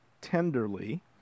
tenderly